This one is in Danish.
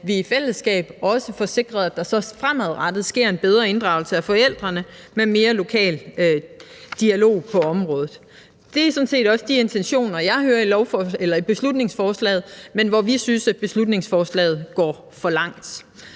vi i fællesskab også får sikret, at der fremadrettet sker en bedre inddragelse af forældrene med mere lokal dialog på området. Det er sådan set også de intentioner, jeg ser i beslutningsforslaget, men vi synes, at beslutningsforslaget går for langt.